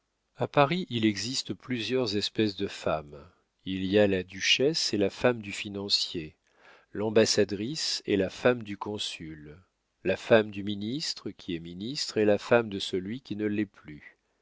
a paris il existe plusieurs espèces de femmes il y a la duchesse et la femme du financier l'ambassadrice et la femme du consul la femme du ministre qui est ministre et la femme de celui qui ne l'est plus